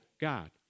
God